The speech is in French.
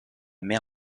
mer